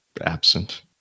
absent